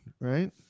right